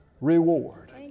reward